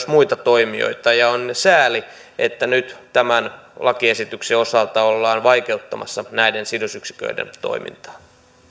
muita toimijoita ja on sääli että nyt tämän lakiesityksen osalta ollaan vaikeuttamassa näiden sidosyksiköiden toimintaa